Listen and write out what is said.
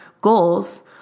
goals